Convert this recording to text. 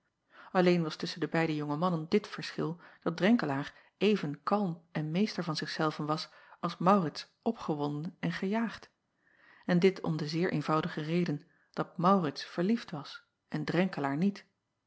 lleen was tusschen de beide jonge mannen dit verschil dat renkelaer even kalm en meester van zich zelven was als aurits opgewonden en gejaagd en dit om de zeer eenvoudige reden dat aurits verliefd was en renkelaer niet